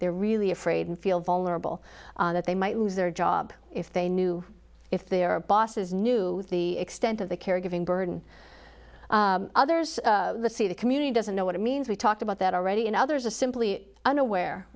they're really afraid and feel vulnerable that they might lose their job if they knew if their bosses knew the extent of the caregiving burden others see the community doesn't know what it means we talked about that already and others are simply unaware